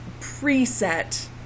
preset